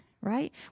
right